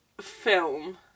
film